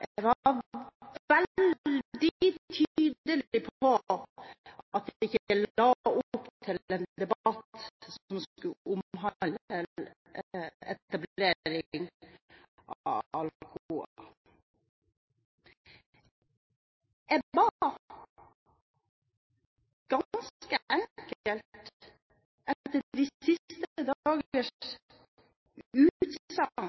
veldig tydelig på at jeg ikke la opp til en debatt som skulle omhandle etablering av Alcoa. Jeg ba ganske enkelt – etter de siste